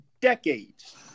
decades